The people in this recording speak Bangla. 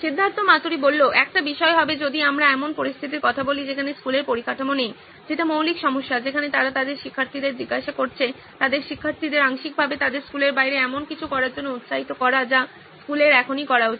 সিদ্ধার্থ মাতুরি একটা বিষয় হবে যদি আমরা এমন পরিস্থিতির কথা বলি যেখানে স্কুলের পরিকাঠামো নেই যেটা মৌলিক সমস্যা যেখানে তারা তাদের শিক্ষার্থীদের জিজ্ঞাসা করছে তাদের শিক্ষার্থীদের আংশিকভাবে তাদের স্কুলের বাইরে এমন কিছু করার জন্য উৎসাহিত করা যা স্কুলের এখনই করা উচিত